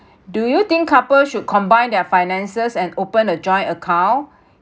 do you think couple should combine their finances and open a joint account